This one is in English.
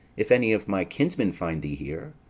if any of my kinsmen find thee here.